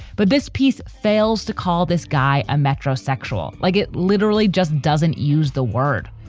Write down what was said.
but this piece fails to call this guy a metrosexual like it literally just doesn't use the word.